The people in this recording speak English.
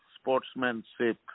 sportsmanship